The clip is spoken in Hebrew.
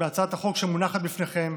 בהצעת החוק שמונחת בפניכם.